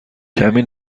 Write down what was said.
کمی